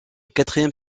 quatrième